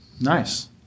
Nice